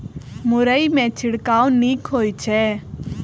मुरई मे छिड़काव नीक होइ छै?